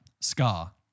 Scar